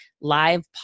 live